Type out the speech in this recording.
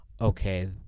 okay